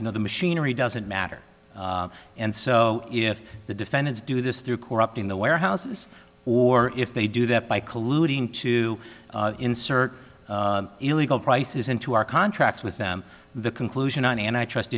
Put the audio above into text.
you know the machinery doesn't matter and so if the defendants do this through corrupting the warehouses or if they do that by colluding to insert illegal prices into our contracts with them the conclusion and i trust